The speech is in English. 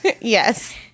Yes